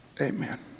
Amen